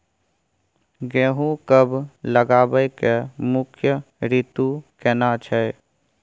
गेहूं कब लगाबै के मुख्य रीतु केना छै?